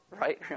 right